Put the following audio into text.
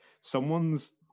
someone's